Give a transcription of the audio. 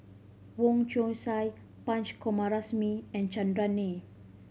Wong Chong Sai Punch Coomaraswamy and Chandran Nair